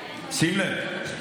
שים לב,